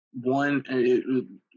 one